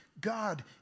God